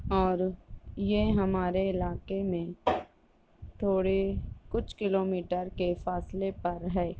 اور یہ ہمارے علاقے میں تھوڑے کچھ کلومیٹر کے فاصلے پر ہے